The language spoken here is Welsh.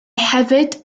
hefyd